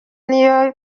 niyo